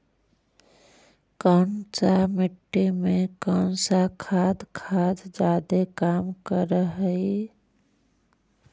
कौन सा मिट्टी मे कौन सा खाद खाद जादे काम कर हाइय?